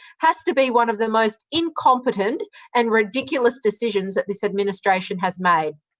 has to be one of the most incompetent and ridiculous decisions that this administration has made.